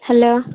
hello